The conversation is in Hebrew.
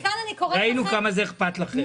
ראינו כמה זה אכפת לכם.